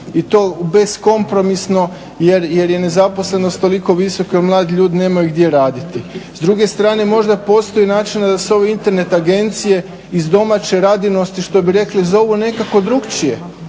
i to bez kompromisno jer je nezaposlenost tolika visoka jer mladi ljudi nemaju gdje raditi. S druge strane možda postoji načina da se ove Internet agencije iz domaće radinosti što bi rekli zovu nekako drukčije,